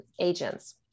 agents